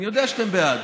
אני יודע שאתם בעד.